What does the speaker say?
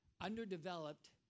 underdeveloped